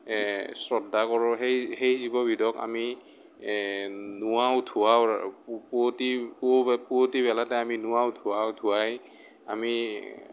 শ্ৰদ্ধা কৰোঁ সেই সেই জীৱবিধক আমি নুৱাওঁ ধুৱাওঁ পুৱতি পুৱতি বেলাতে আমি নুৱাওঁ ধুৱাওঁ ধুৱাই আমি